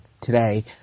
today